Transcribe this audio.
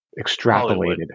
extrapolated